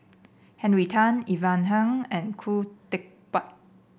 Henry Tan Ivan Heng and Khoo Teck Puat